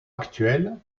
actuels